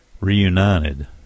reunited